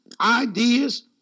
ideas